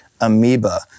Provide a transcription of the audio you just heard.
amoeba